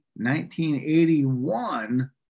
1981